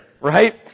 right